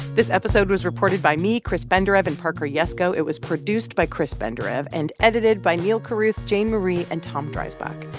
this episode was reported by me, chris benderev and parker yesko. it was produced by chris benderev and edited by neal carruth, jane marie and tom dreisbach.